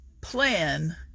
plan